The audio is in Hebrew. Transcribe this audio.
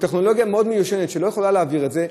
והטכנולוגיה מאוד מיושנת ולא יכולה להעביר את זה,